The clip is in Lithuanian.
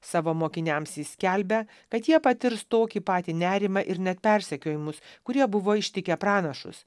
savo mokiniams jis skelbia kad jie patirs tokį patį nerimą ir net persekiojimus kurie buvo ištikę pranašus